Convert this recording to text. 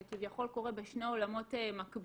זה כביכול קורה בשני עולמות מקבילים: